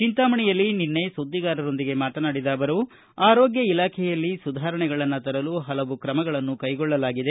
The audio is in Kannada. ಚಂತಾಮಣಿಯಲ್ಲಿ ನಿನ್ನೆ ಸುದ್ದಿಗಾರರೊಂದಿಗೆ ಮಾತನಾಡಿದ ಅವರು ಆರೋಗ್ಯ ಇಲಾಖೆಯಲ್ಲಿ ಸುಧಾರಣೆಗಳನ್ನು ತರಲು ಪಲವು ತ್ರಮಗಳನ್ನು ಕೈಗೊಳ್ಳಲಾಗಿದೆ